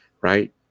right